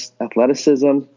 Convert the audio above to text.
athleticism